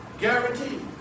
guaranteed